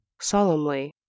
Solemnly